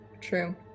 True